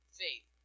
faith